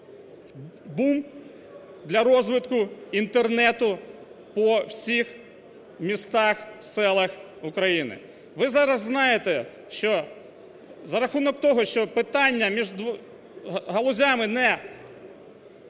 бум для розвитку Інтернету по всіх містах, селах України. Ви зараз знаєте, що за рахунок того, що питання між галузями не